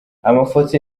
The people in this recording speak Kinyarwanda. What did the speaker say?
amafoto